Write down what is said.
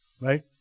Right